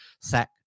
sack